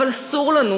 אבל אסור לנו,